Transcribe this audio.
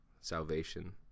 Salvation